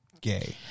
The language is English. gay